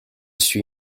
suit